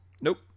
Nope